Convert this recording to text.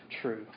true